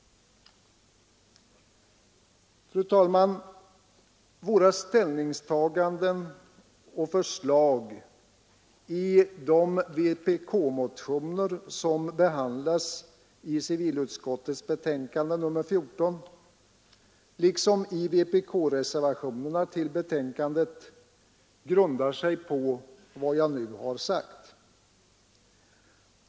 Fru talman! Våra ställningstaganden och förslag i de vpk-motioner som behandlas i civilutskottets betänkande nr 14, liksom i vpk-reservationerna till betänkandet, grundar sig på vad jag nu har sagt.